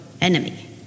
enemy